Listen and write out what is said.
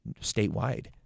statewide